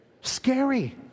scary